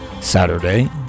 Saturday